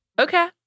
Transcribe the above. Okay